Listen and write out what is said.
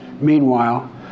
Meanwhile